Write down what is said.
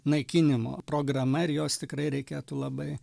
naikinimo programa ir jos tikrai reikėtų labai